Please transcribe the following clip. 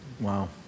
Wow